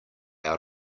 out